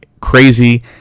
crazy